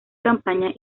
campaña